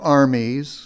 armies